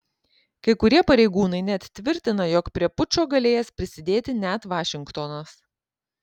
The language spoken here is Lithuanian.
kai kurie pareigūnai net tvirtina jog prie pučo galėjęs prisidėti net vašingtonas